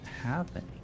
happening